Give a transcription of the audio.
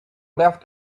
left